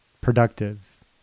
productive